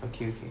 okay okay